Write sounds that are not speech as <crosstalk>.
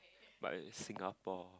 but <noise> Singapore